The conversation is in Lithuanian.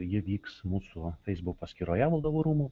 ji vyks mūsų feisbuk paskyroje valdovų rūmų